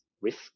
risk